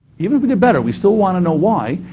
even if we did better, we still want to know why,